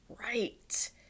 right